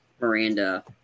Miranda